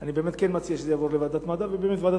אני מציע שזה יעבור לוועדת המדע ובוועדת